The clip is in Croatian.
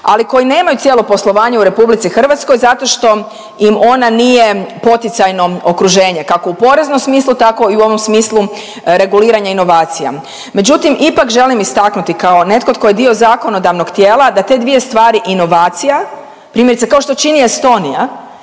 ali koji nemaju cijelo poslovanje u RH zato što im ona nije poticajno okruženje, kako u poreznom smislu tako i u ovom smislu reguliranja inovacija. Međutim ipak želim istaknuti kao netko tko je dio zakonodavnog tijela da te dvije stvari inovacija, primjerice kao što čini Estonija